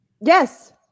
Yes